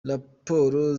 raporo